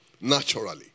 Naturally